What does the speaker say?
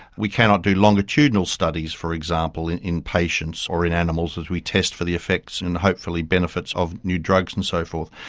we cannot do longitudinal studies, for example, in in patients or in animals as we test for the effects and hopefully benefits of new drugs and so forth.